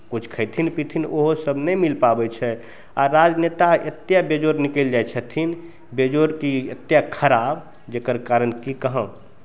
किछु खयथिन पीथिन ओहोसभ नहि मिल पाबै छै आ राजनेता एतेक बेजोड़ निकलि जाइ छथिन बेजोड़ की एतेक खराब जकर कारण की कहौँ